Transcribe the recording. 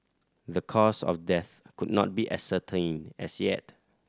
the cause of death could not be ascertained as yet